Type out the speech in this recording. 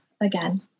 again